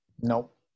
Nope